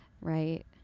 Right